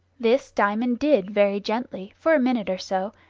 this diamond did very gently for a minute or so,